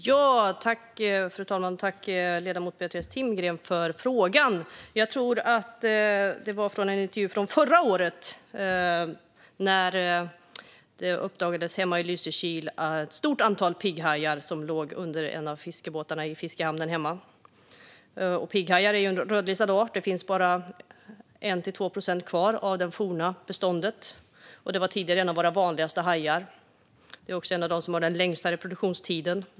Fru talman! Tack för frågan, Beatrice Timgren! Jag tror att det var från en intervju från förra året när det uppdagades hemma i Lysekil att det låg ett stort antal pigghajar under en av fiskebåtarna i fiskehamnen. Pigghajar är en rödlistad art. Det finns bara 1-2 procent kvar av det forna beståndet. Pigghajen var tidigare en av våra vanligaste hajar. Det är också en av dem som har den längsta reproduktionstiden.